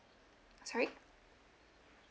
sorry